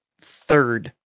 third